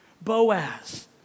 Boaz